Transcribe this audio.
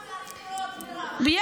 העולם צריך לראות, מירב.